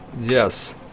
yes